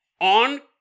on